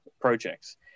projects